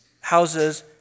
houses